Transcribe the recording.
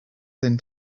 than